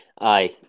Aye